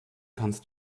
kannst